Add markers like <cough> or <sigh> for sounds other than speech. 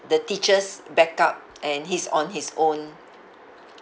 the teachers back up and he's on his own <noise>